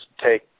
take